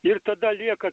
ir tada lieka